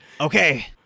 Okay